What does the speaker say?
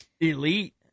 elite